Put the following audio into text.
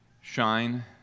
shine